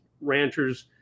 ranchers